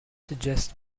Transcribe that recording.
suggest